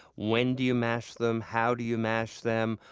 when do you mash them? how do you mash them?